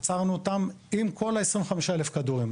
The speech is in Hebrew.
עצרנו אותם עם כל 25,000 הכדורים,